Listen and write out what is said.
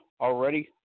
already